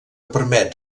permet